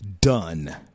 done